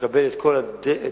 שאקבל את כל הדין-והחשבון,